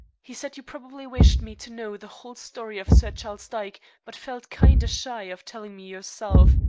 he said you probably wished me to know the whole story of sir charles dyke, but felt kinder shy of telling me yourself.